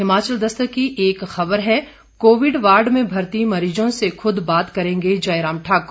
हिमाचल दस्तक की एक खबर है कोविड वार्ड में भर्ती मरीजों से खुद बाते करेंगे जयराम ठाकर